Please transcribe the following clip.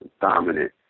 dominant